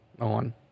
on